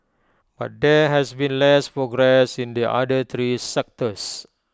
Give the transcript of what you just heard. but there has been less progress in the other three sectors